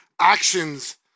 actions